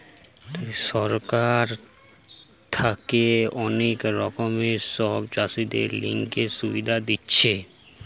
সরকার থাকে অনেক রকমের সব চাষীদের লিগে সুবিধা দিতেছে